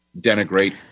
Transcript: denigrate